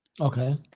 okay